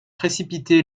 précipité